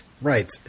Right